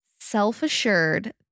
self-assured